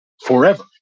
forever